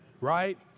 Right